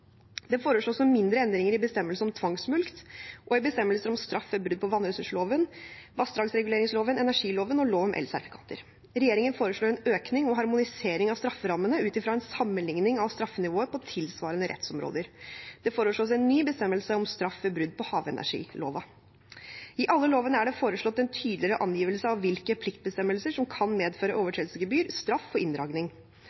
Det foreslås noen mindre endringer i bestemmelse om tvangsmulkt og i bestemmelser om straff ved brudd på vannressursloven, vassdragsreguleringsloven, energiloven og lov om elsertifikater. Regjeringen foreslår en økning og harmonisering av strafferammene ut fra en sammenligning av straffenivået på tilsvarende rettsområder. Det foreslås en ny bestemmelse om straff ved brudd på havenergiloven. I alle lovene er det foreslått en tydeligere angivelse av hvilke pliktbestemmelser som kan medføre